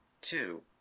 two